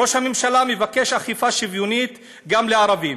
ראש הממשלה מבקש אכיפה שוויונית גם לערבים.